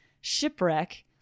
shipwreck